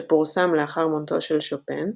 שפורסם לאחר מותו של שופן,